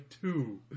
two